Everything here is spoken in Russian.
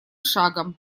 шагом